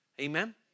Amen